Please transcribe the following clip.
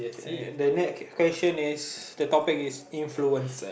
and the next question is the topic is influencer